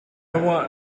want